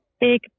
big